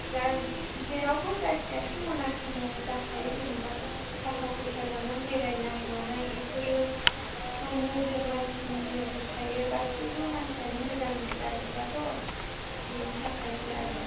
दा जेरावबो गाज्रियाथ' मोनानि समाव जाखायो जेनेबा थाखा फैसा लानानै बेरायनाय मानाय बेफोरो मा नोजोर मानसिनि नोजोर थायो गासैबो मानसियानो मोजां जाजोबाथ' बेनि थाखायनो आरो